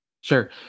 Sure